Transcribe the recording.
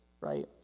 Right